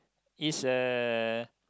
is a